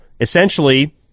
essentially